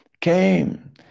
came